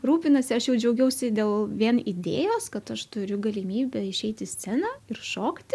rūpinasi aš jau džiaugiausi dėl vien idėjos kad aš turiu galimybę išeiti į sceną ir šokti